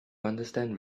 understand